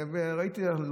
תודה רבה.